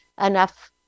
enough